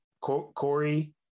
Corey